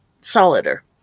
solider